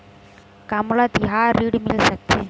का मोला तिहार ऋण मिल सकथे?